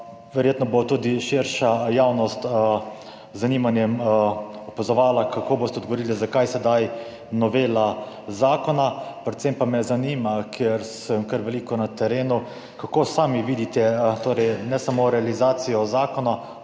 Verjetno bo tudi širša javnost z zanimanjem opazovala, kako boste odgovorili, zakaj je sedaj novela zakona. Predvsem pa me zanima, ker sem kar veliko na terenu: Kako sami vidite ne samo realizacije zakona,